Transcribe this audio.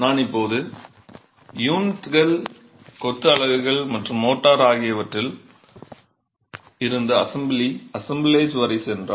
நான் இப்போது யூனிட்கள் கொத்து அலகுகள் மற்றும் மோர்டார் ஆகியவற்றில் இருந்து அசெம்பிளி அசெம்ப்ளேஜ் வரை சென்றால்